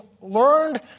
learned